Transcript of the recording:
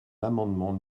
l’amendement